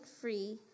free